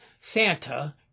Santa